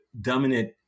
dominant